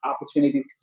opportunity